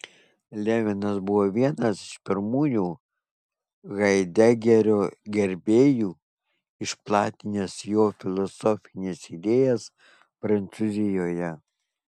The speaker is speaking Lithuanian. levinas buvo vienas iš pirmųjų haidegerio gerbėjų išplatinęs jo filosofines idėjas prancūzijoje